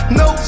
no